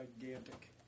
gigantic